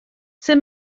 sut